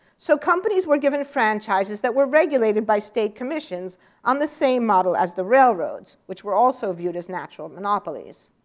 so companies were given franchises that were regulated by state commissions on the same model as the railroads, which were also viewed as natural monopolies.